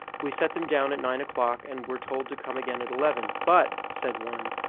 we set them down at nine o'clock, and were told to come again at eleven, but, said one,